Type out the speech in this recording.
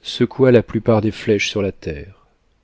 secoua la plupart des flèches sur la terre